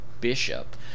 Bishop